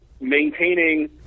maintaining